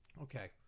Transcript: Okay